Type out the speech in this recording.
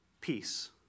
peace